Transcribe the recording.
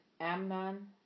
Amnon